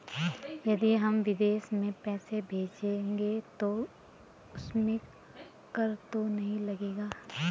यदि हम विदेश में पैसे भेजेंगे तो उसमें कर तो नहीं लगेगा?